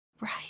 Right